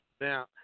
Now